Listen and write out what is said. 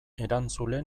erantzule